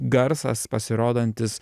garsas pasirodantis